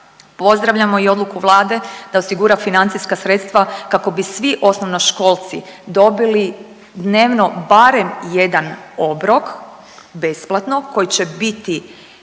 Pozdravljamo i odluku Vlade da osigura financijska sredstva kako bi svi osnovnoškolci dobili dnevno barem jedan obrok besplatno koji će biti